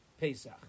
Pesach